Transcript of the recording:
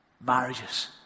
marriages